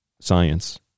science